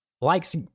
likes